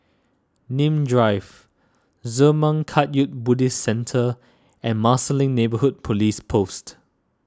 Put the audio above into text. Nim Drive Zurmang Kagyud Buddhist Centre and Marsiling Neighbourhood Police Post